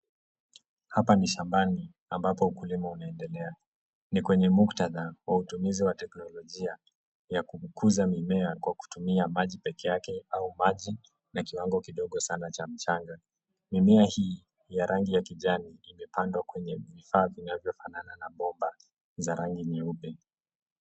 Hapa ni shambani ambapo ukulima unaendelea. Ni kwenye muktadha wa utumizi wa teknolojia ya kukuza mimea kwa kutumia maji pekeake au maji ya kiwango kidogo sana cha mchanga. Mimea hii ya rangi ya kijani imepandwa kwa vifaa vinavyo fanana na bomba za rangi nyeupe.